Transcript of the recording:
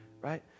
right